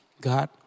God